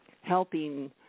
helping